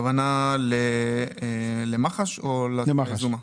הכוונה היא למח"ש או לתביעה היזומה?